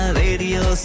radio